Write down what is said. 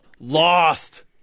lost